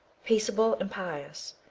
peaceable, and pious,